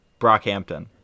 Brockhampton